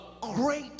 great